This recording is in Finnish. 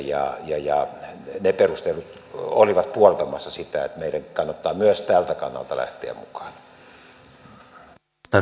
ja ne perustelut olivat puoltamassa sitä että meidän kannattaa myös tältä kannalta lähteä mukaan